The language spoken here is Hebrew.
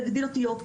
להגדיל אותיות,